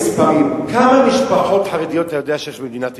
במספרים: כמה משפחות חרדיות אתה יודע שיש במדינת ישראל?